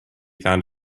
found